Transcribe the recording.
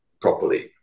properly